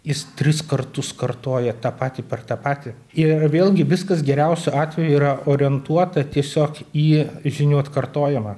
jis tris kartus kartoja tą patį per tą patį ir vėlgi viskas geriausiu atveju yra orientuota tiesiog į žinių atkartojimą